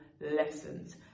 lessons